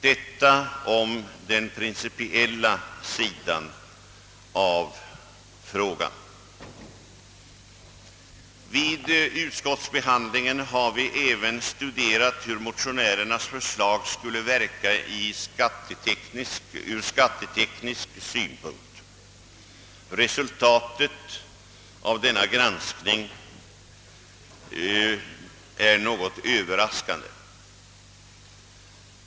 Detta om den den principiella sidan av frågan. Vid utskottsbehandlingen har vi även studerat hur motionärernas förslag skulle verka ur skatteteknisk synpunkt. Resultatet av denna granskning är överraskande.